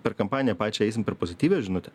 per kampaniją pačią eisim per pozityvią žinutę